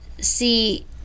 see